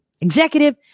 Executive